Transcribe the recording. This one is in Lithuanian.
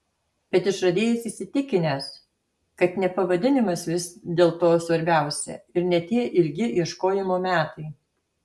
bet išradėjas įsitikinęs kad ne pavadinimas vis dėlto svarbiausia ir ne tie ilgi ieškojimo metai